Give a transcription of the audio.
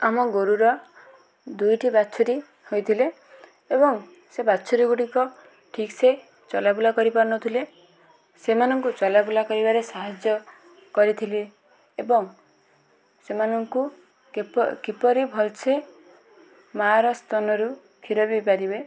ଆମ ଗୋରୁର ଦୁଇଟି ବାଛୁରି ହୋଇଥିଲେ ଏବଂ ସେ ବାଛୁରିଗୁଡ଼ିକ ଠିକ୍ ସେ ଚଲାବୁଲା କରି ପାରୁନଥିଲେ ସେମାନଙ୍କୁ ଚଲାବୁଲା କରିବାରେ ସାହାଯ୍ୟ କରିଥିଲେ ଏବଂ ସେମାନଙ୍କୁ କିପ କିପରି ଭଲ ସେ ମାଁ'ର ସ୍ତନରୁ କ୍ଷୀର ପିଇପାରିବେ